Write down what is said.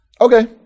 Okay